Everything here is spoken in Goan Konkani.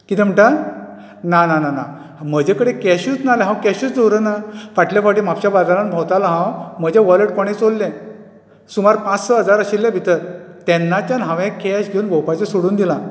किचें म्हणटा ना ना ना ना म्हजे कडे कॅशूच नाजाल्यार हांव कॅशूच दवरना फाटल्या फावटीं म्हापशां बाजारांत भोंवतालो हांव म्हजें वाॅलॅट कोणें चोरलें सुमार पांच स हजार आशिल्ले भितर तेन्नाच्यान हांवें कॅश घेवन भोंवपाचें सोडून दिलां